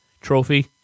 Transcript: trophy